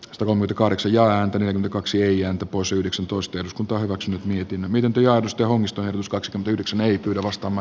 tuomita kahdeksi ja häntä kaksi eijan tupos yhdeksäntoista eduskunta hyväksynyt mietin miten työ josta omistajan skanskan pyydyksen ei kostamo